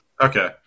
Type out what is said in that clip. Okay